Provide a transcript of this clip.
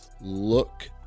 look